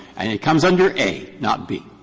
and it comes under a, not b?